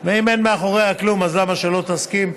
אם אין מאחוריה כלום אז למה שלא תסכים?